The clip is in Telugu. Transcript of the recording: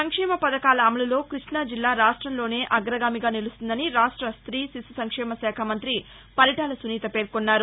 సంక్షేమ పథకాల అమలులో కృష్ణా జిల్లా రాష్ట్రంలోనే అగ్రగామిగా నిలుస్తుందని రాష్ట్ర స్టీ శిశు సంక్షేమ శాఖ మంతి పరిటాల సునీత పేర్కొన్నారు